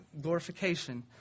glorification